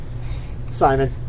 Simon